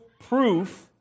proof